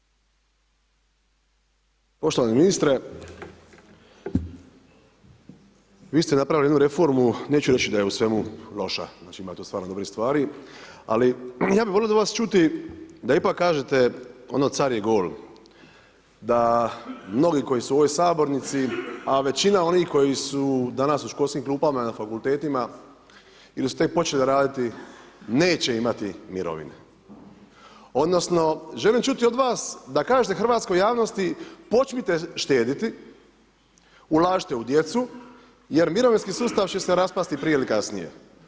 Poštovani ministre, vi ste napravili jednu reformu, neću reći da je u svemu loša, znači, ima tu stvarno dobrih stvari, ali ja bih volio od vas čuti da ipak kažete ono car je gol, da mnogi koji su u ovoj Sabornici, a većina onih koji su danas u školskim klupama, na fakultetima ili su tek počeli raditi, neće imati mirovine odnosno želim čuti od vas da kažete hrvatskoj javnosti počnite štediti, ulažite u djecu jer mirovinski sustav će se raspasti prije ili kasnije.